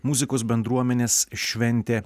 muzikos bendruomenės šventė